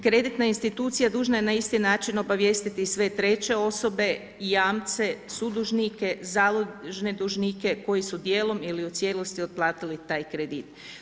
Kreditna institucija dužna je na isti način obavijestiti sve treće osobe i jamce, sudužnike, založne dužnike koji su dijelom ili u cijelosti otplatili taj kredit.